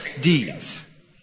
deeds